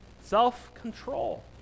self-control